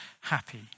happy